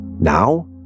Now